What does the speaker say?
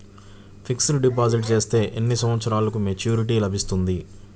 Fixed deposit చేస్తే ఎన్ని సంవత్సరంకు మెచూరిటీ లభిస్తుంది?